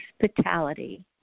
hospitality